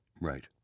Right